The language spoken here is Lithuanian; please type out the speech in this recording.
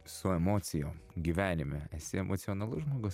su emocijom gyvenime esi emocionalus žmogus